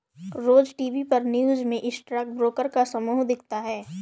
रोज TV पर news में stock broker का समूह दिखता है